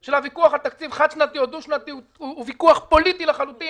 של הוויכוח על תקציב חד-שנתי או דו-שנתי הוא ויכוח פוליטי לחלוטין,